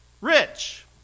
rich